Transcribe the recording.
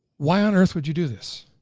why on earth would you do this?